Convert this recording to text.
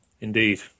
Indeed